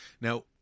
Now